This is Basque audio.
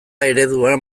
ereduan